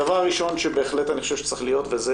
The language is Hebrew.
הדבר הראשון שבהחלט אני חושב שצריך להיות, והוא,